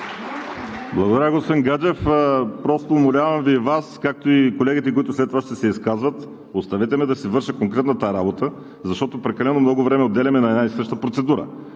Благодаря, господин Гаджев. Умолявам Ви и Вас, както и колегите, които след това ще се изказват, оставете ме да си върша конкретната работа, защото прекалено много време отделяме на една и съща процедура.